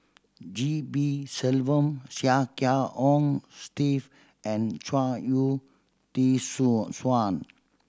G P Selvam Chia Kiah Hong Steve and Chuang Hui T